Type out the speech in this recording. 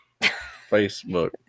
Facebook